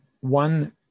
one